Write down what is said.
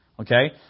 Okay